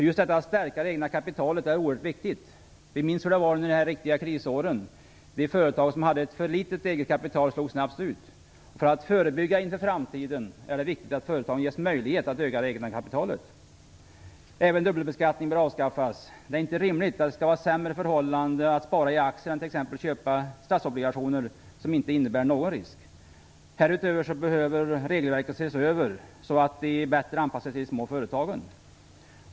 Just detta att stärka det egna kapitalet är oerhört viktigt. Vi minns hur det var under de riktiga krisåren. De företag som hade ett för litet eget kapital slogs snabbt ut. För att förebygga inför framtiden är det viktigt att företagen ges möjlighet att öka det egna kapitalet. Även dubbelbeskattningen bör avskaffas. Det är inte rimligt att det skall vara ett sämre förhållande när det gäller att spara i aktier än att t.ex. köpa statsobligationer som inte innebär någon risk. Härutöver behöver regelverken ses över så att de bättre anpassas till de små företagen.